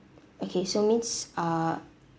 okay so means uh